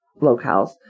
locales